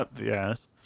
Yes